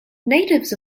natives